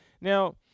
Now